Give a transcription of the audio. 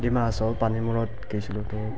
ডিমা হাছাও পানীমূৰত গৈছিলোঁ তো